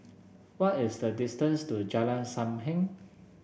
what is the distance to Jalan Sam Heng